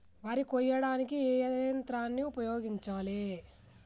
వరి కొయ్యడానికి ఏ యంత్రాన్ని ఉపయోగించాలే?